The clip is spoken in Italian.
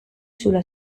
sulla